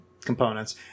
components